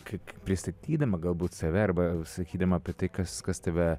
kaip pristatydama galbūt save arba sakydama apie tai kas kas tave